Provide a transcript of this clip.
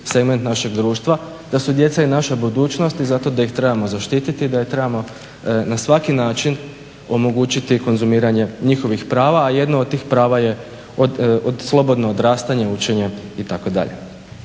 segment našeg društva, da su djeca i naša budućnost i zato da ih trebamo zaštiti, da im trebamo na svaki način omogućiti konzumiranje njihovih prava, a jedno od tih prava je slobodno odrastanje, učenje itd.